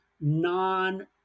non